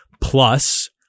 plus